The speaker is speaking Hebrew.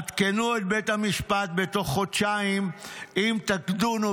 עדכנו את בית המשפט תוך חודשיים אם תדונו